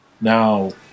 now